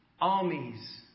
armies